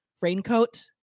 raincoat